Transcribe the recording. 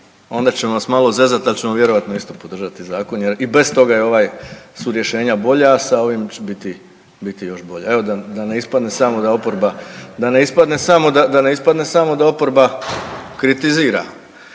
onda ćemo vas malo zezati ali ćemo vjerojatno isto podržati zakon jer i bez toga je ovaj su rješenja bolja, a sa ovim će biti još bolja. Evo da ne ispade samo da oporba, da